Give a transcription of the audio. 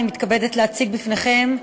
אני מתכבדת להציג בפניכם,